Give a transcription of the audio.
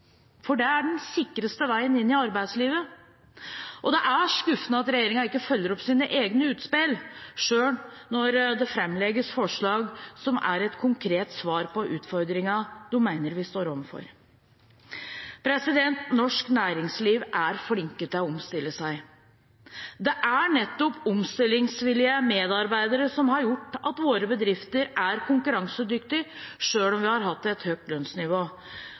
for det er den sikreste veien inn i arbeidslivet. Det er skuffende at regjeringen ikke følger opp sine egne utspill, selv når det framlegges forslag som er et konkret svar på utfordringen de mener vi står overfor. Norsk næringsliv er flinke til å omstille seg. Det er nettopp omstillingsvillige medarbeidere som har gjort at våre bedrifter er konkurransedyktige, selv om vi har hatt et høyt lønnsnivå,